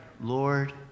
Lord